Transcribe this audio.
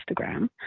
Instagram